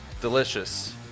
delicious